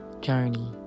journey